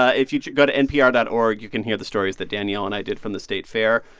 ah if you go to npr dot org, you can hear the stories that danielle and i did from the state fair.